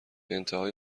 انتهای